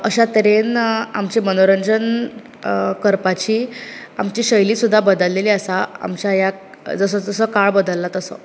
अश्या तरेन आमचे मनोरंजन करपाची आमची शैली सुद्दां बदल्लेली आसा आमच्या ह्या जसो जसो काळ बदल्ला तसो